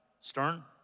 Stern